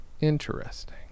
interesting